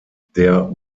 der